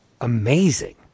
amazing